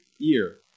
ear